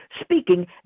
speaking